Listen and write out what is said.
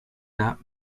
that